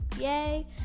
yay